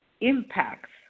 impacts